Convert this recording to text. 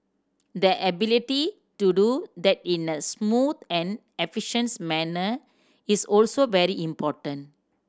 the ability to do that in a smooth and efficient manner is also very important